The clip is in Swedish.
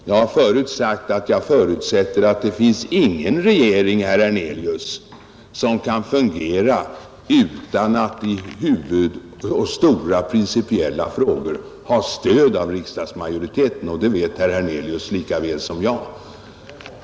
Jag har förut sagt att jag förutsätter att det inte finns någon regering, herr Hernelius, som kan fungera utan att i stora och principiella frågor ha stöd av riksdagsmajoriteten, och det vet herr Hernelius lika väl som jag.